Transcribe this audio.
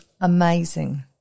Amazing